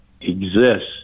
exists